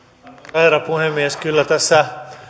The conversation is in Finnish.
herra puhemies kyllä tässä